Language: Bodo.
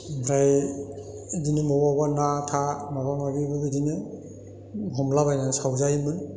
ओमफ्राय बेदिनो बबेबा बबेबा ना था माबा माबिबो बिदिनो हमलाबायनानै सावजायोमोन